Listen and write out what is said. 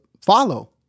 follow